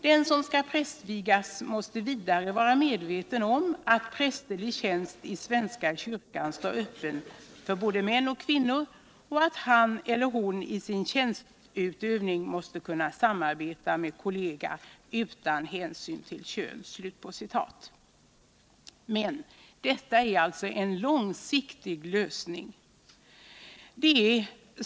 Den som skall prästvigas måste vidare vara medveten om att prästerlig tjänst i svenska kyrkan står öppen för både män och kvinnor och att han eller hon i sin tjänsteutövning måste kunna samarbeta med kollega utan hänsyn till kön.” Detta innebär emellertid en långsiktig lösning.